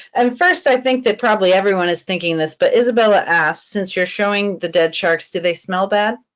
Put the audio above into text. and first i think that probably everyone is thinking this, but isabella asks since you're showing the dead sharks, do they smell bad?